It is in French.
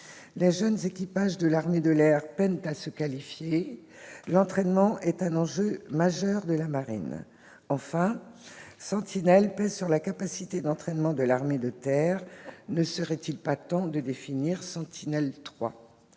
les jeunes équipages de l'armée de l'air peinent à se qualifier, alors que l'entraînement est un enjeu majeur de la marine. Enfin, Sentinelle pèse sur la capacité d'entraînement de l'armée de terre ; ne serait-il pas temps de définir Sentinelle 3 ?